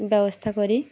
ব্যবস্থা করি